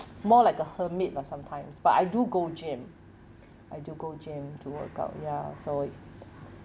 more like a hermit lah sometimes but I do go gym I do go gym to work out ya so